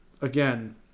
again